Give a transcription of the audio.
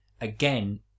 again